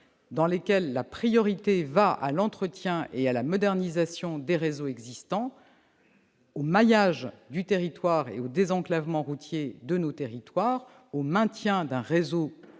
accorde la priorité à l'entretien et à la modernisation des réseaux existants, au maillage et au désenclavement routier du territoire, au maintien d'un réseau